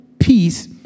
peace